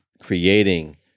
creating